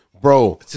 bro